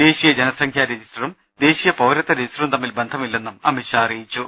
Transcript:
ദേശീയ ജനസംഖ്യാ രജിസ്റ്ററും ദേശീയ പൌരത്വ രജിസ്റ്ററും തമ്മിൽ ബന്ധമില്ലെന്നും അമിത് ഷാ അറിയിച്ചു